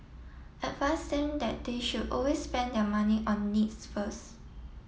advise them that they should always spend their money on needs first